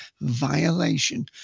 violation